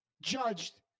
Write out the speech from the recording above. judged